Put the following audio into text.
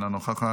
אינו נוכח,